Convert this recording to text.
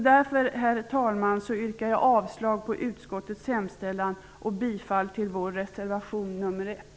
Därför, herr talman, yrkar jag avslag på utskottets hemställan och bifall till vår reservation 1.